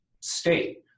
state